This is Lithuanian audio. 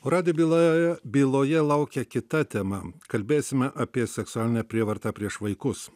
o radijo bylaje byloje laukia kita tema kalbėsime apie seksualinę prievartą prieš vaikus